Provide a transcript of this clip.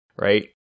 right